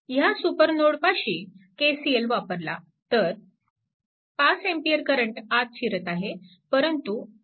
ह्या सुपरनोडपाशी KCL वापरला तर 5A करंट आत शिरत आहे